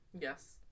Yes